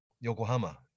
yokohama